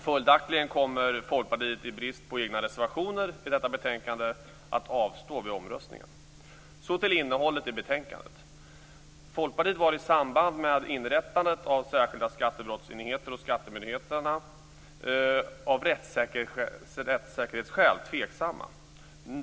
Följaktligen kommer Folkpartiet, i brist på egna reservationer i detta betänkande, att avstå vid omröstningen. Så till innehållet i betänkandet. Folkpartiet var i samband med inrättandet av särskilda skattebrottsenheter hos skattemyndigheterna av rättssäkerhetsskäl tveksamma.